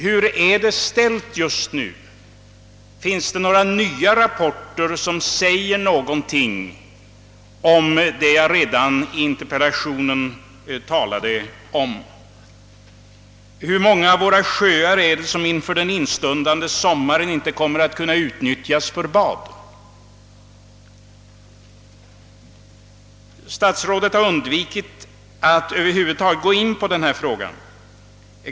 Hur är det ställt just nu? Finns det några nya rapporter som belyser de problem jag tagit upp i interpellationen? Hur många av våra sjöar är det som under instundande sommar inte kommer att kunna utnyttjas för bad? Statsrådet har undvikit att över huvud taget gå in på dessa frågor.